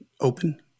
open